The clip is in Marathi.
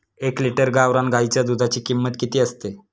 एक लिटर गावरान गाईच्या दुधाची किंमत किती असते?